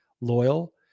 loyal